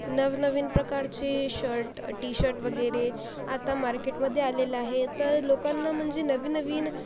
नव नवीन प्रकारची शर्ट टी शर्ट वगैरे आता मार्केटमध्ये आलेलं आहे तर लोकांना म्हणजे नवीन नवीन